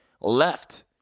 left